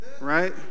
right